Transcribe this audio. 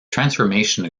transformation